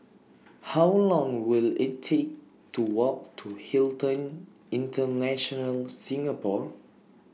How Long Will IT Take to Walk to Hilton International Singapore